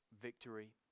victory